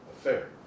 affair